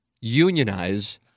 unionize